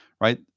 right